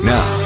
Now